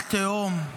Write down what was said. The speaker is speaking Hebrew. אח תאום.